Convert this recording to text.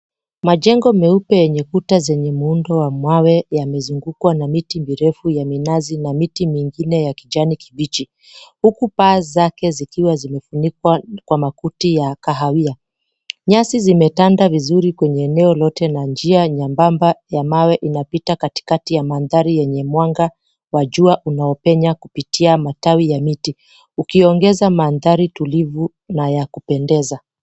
Majengo meupe yenye kuta zenye muundo wa mawe yamezungukwa na miti virefu ya minazi na miti mingine ya kijani kibichi. Huku paa zake zikiwa zimefunikwa kwa makuti ya kahawia. Nyasi zimetanda vizuri kwenye eneo lote na njia nyembamba ya mawe inapita katikati ya mandhari yenye mwanga wa jua unaopenya kupitia matawi ya miti ukiongeza mandhari tulivu na ya kupendeza.